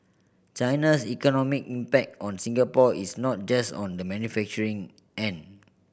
China's economic impact on Singapore is not just on the manufacturing end